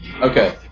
Okay